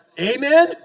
Amen